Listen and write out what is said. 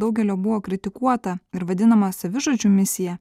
daugelio buvo kritikuota ir vadinama savižudžių misija